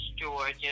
Georgia